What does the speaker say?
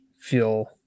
feel